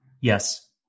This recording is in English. Yes